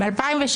ל-2016.